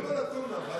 מדברים על הטונה.